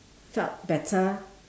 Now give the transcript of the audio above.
felt better